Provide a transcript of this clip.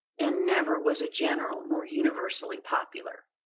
and never was a general more universally popular.